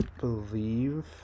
believe